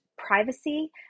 privacy